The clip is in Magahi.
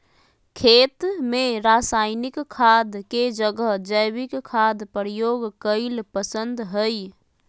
खेत में रासायनिक खाद के जगह जैविक खाद प्रयोग कईल पसंद हई